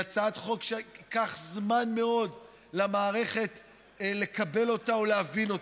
היא הצעת חוק שייקח זמן רב מאוד למערכת לקבל אותה או להבין אותה.